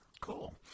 Cool